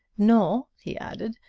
nor, he added,